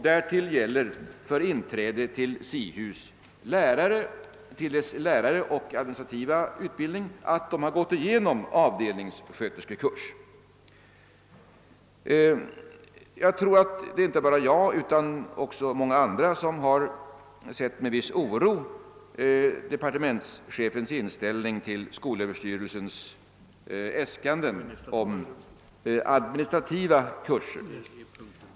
Därtill krävs för inträde till läraroch administrativ utbildning vid SIHUS att man har gått igenom avdelningssköterskekurs. Jag tror att inte bara jag utan också många andra med en viss oro har sett departementschefens inställning = till skolöverstyrelsens äskanden om administrativa kurser.